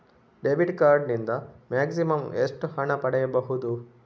Debit card ನಿಂದ maximum ಎಷ್ಟು ಹಣ ಪಡೆಯಬಹುದು?